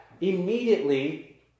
immediately